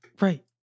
Right